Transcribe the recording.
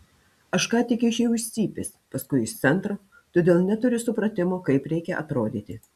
aš ką tik išėjau iš cypės paskui iš centro todėl neturiu supratimo kaip reikia atrodyti